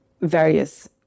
various